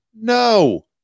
No